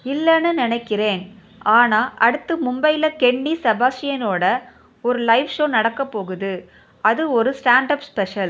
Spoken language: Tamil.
இல்லைன்னு நினைக்கிறேன் ஆனால் அடுத்தது மும்பையில் கென்னி செபாஸ்டியனோட ஒரு லைவ் ஷோ நடக்கப் போகுது அது ஒரு ஸ்டாண்டப் ஸ்பெஷல்